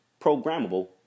Programmable